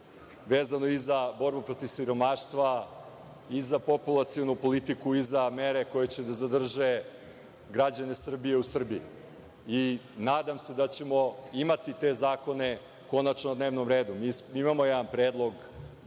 vezano i za borbu protiv siromaštva i za populacionu politiku i za mere koje će da zadrže građane Srbije u Srbiji. Nadam se da ćemo imati te zakone konačno na dnevnom redu. Mi imamo jedan predlog,